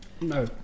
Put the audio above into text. No